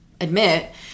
admit